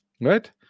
right